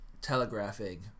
telegraphing